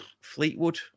Fleetwood